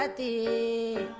but the